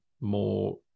more